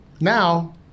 Now